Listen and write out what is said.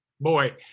boy